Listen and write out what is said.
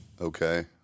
Okay